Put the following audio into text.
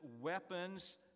weapons